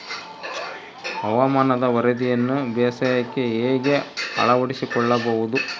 ಹವಾಮಾನದ ವರದಿಯನ್ನು ಬೇಸಾಯಕ್ಕೆ ಹೇಗೆ ಅಳವಡಿಸಿಕೊಳ್ಳಬಹುದು?